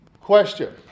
Question